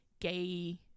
gay